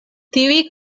tiuj